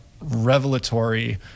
revelatory